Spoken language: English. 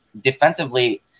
defensively